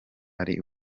ari